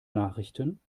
nachrichten